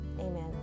Amen